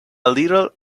little